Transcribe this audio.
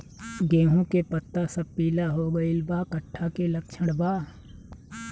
गेहूं के पता सब पीला हो गइल बा कट्ठा के लक्षण बा?